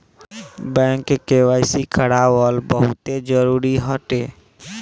bank KYC करावल बहुते जरुरी हटे